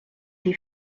des